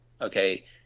Okay